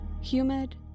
humid